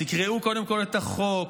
תקראו קודם כול את החוק,